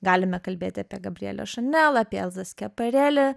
galime kalbėt apie gabrielę šanel apie elzą skepareli